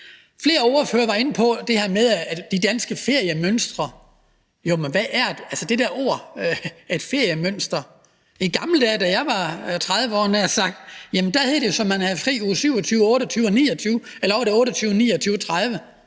Flere ordførere var inde på det her med de danske feriemønstre. Jo, men hvad ligger der i det der ord feriemønster? I gamle dage, havde jeg nær sagt, da jeg var 30 år, hed det jo, at man havde fri i uge 27, 28 og 29, eller også var det uge 28, 29 og 30.